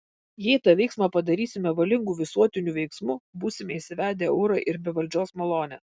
jei tą veiksmą padarysime valingu visuotiniu veiksmu būsime įsivedę eurą ir be valdžios malonės